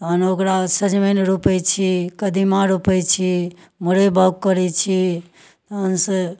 तहन ओकरा सजमनि रोपै छी कदीमा रोपै छी मूरै बाउग करै छी तहन से